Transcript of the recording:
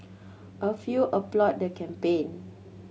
a few applauded the campaign